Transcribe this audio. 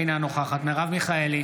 אינה נוכחת מרב מיכאלי,